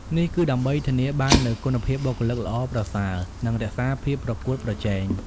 នេះគឺដើម្បី ធានាបាននូវគុណភាពបុគ្គលិកល្អប្រសើរ និងរក្សាភាពប្រកួតប្រជែង។